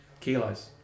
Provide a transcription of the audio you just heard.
kilos